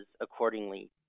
accordingly